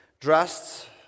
dressed